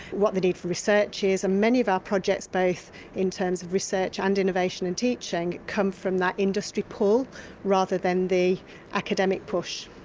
what the need for research is. and many of our projects, both in terms of research and innovation and teaching comes from that industry pull rather than the academic push.